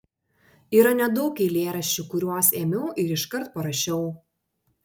yra nedaug eilėraščių kuriuos ėmiau ir iškart parašiau